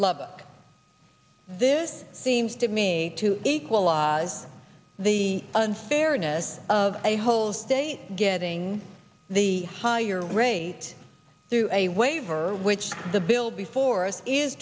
love this seems to me to equalize the unfairness of a whole state getting the higher rate through a waiver which the bill before us is